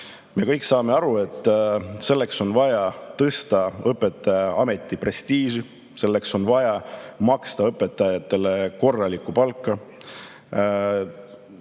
Me kõik saame aru, et selleks on vaja tõsta õpetajaameti prestiiži, selleks on vaja maksta õpetajatele korralikku palka,